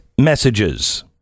messages